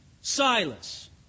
Silas